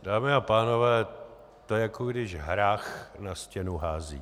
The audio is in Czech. Dámy a pánové, to je, jako když hrách na stěnu hází.